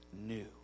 new